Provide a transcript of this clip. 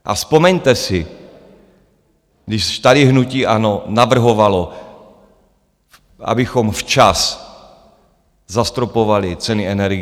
A vzpomeňte si, když tady hnutí ANO navrhovalo, abychom včas zastropovali ceny energií.